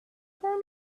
for